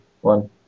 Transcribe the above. one